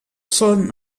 són